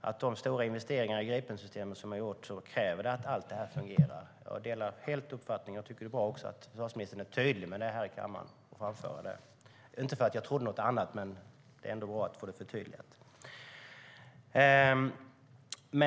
att de stora investeringar i Gripensystemet som har gjorts kräver att allt detta fungerar. Jag delar helt denna uppfattning, och jag tycker att det är bra att försvarsministern är tydlig med att framföra detta i kammaren - inte för att jag trodde något annat, men det är ändå bra att få det förtydligat.